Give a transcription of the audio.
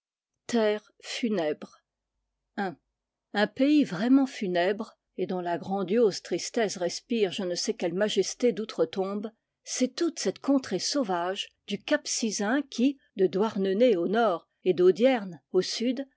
tombait i un pays vraiment funèbre et dont la grandiose tristesse respire je ne sais quelle majesté d'outre-tombe c'est toute cette contrée sauvage du cap sizun qui de douarnenez au nord et d'audierne au sud